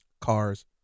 Cars